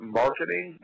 marketing